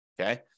Okay